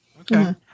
Okay